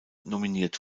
nominiert